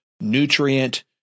nutrient